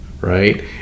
right